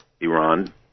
Iran